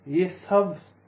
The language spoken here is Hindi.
ये सभी चैनल हैं